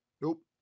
nope